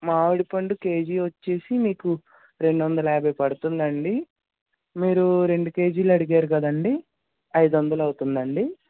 మామిడిపండు KG వచ్చేసి మీకు రెండొందల యాభై పడుతుందండి మీరు రెండు కేజీలు అడిగారు కదండి అయిదు వందలు అవుతుందండి